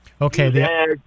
Okay